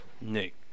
Nick